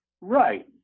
Right